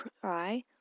cry